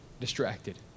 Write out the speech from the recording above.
distracted